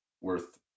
worth